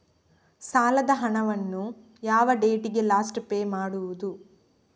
ಸಾಲದ ಹಣವನ್ನು ಯಾವ ಡೇಟಿಗೆ ಲಾಸ್ಟ್ ಪೇ ಮಾಡುವುದು?